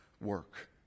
work